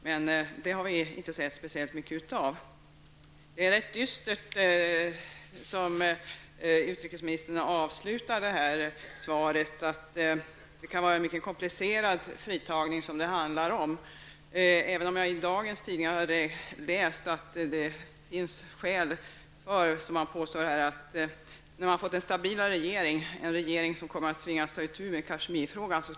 Vi har inte sett speciellt mycket av ett sådant agerande. Utrikesministern avslutar sitt svar rätt dystert, nämligen att det kan handla om en mycket komplicerad fritagning. I dagens tidningar har jag läst att det finns skäl att påstå att svenskarna kommer att friges när man har fått en stabilare regering, en regering som tvingas ta itu med Kashmirfrågan.